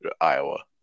Iowa